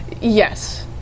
Yes